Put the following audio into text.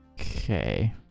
Okay